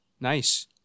Nice